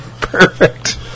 perfect